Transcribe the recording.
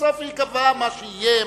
בסוף ייקבע מה שיהיה.